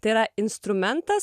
tai yra instrumentas